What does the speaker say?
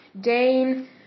Dane